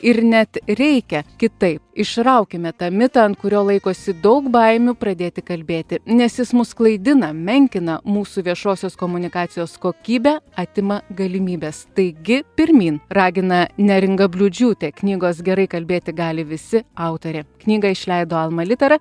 ir net reikia kitaip išraukime tą mitą ant kurio laikosi daug baimių pradėti kalbėti nes jis mus klaidina menkina mūsų viešosios komunikacijos kokybę atima galimybes taigi pirmyn ragina neringa bliūdžiūtė knygos gerai kalbėti gali visi autorė knygą išleido alma litera